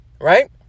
right